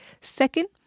Second